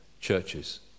churches